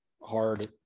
hard